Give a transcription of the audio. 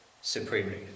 supremely